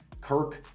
Kirk